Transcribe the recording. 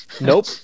Nope